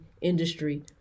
industry